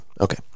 Okay